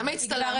למה הצטלמת?